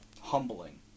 humbling